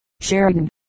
Sheridan